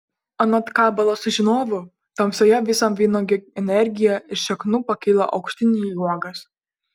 anot kabalos žinovų tamsoje visa vynuogių energija iš šaknų pakyla aukštyn į uogas